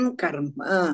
karma